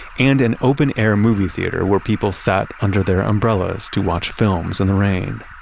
and an open air movie theater where people sat under their umbrellas to watch films in the rain.